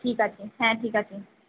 ঠিক আছে হ্য়াঁ ঠিক আছে